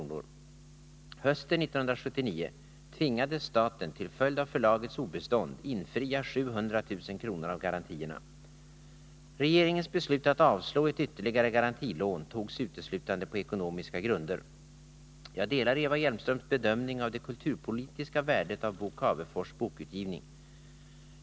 Hösten 1979 tvingades staten till följd av förlagets obestånd infria 700 000 kr. av garantierna. Regeringens beslut att avslå ett ytterligare garantilån togs uteslutande på ekonomiska grunder. Jag delar Eva Hjelmströms bedömning av det kulturpolitiska värdet av Bo Cavefors bokutgivning.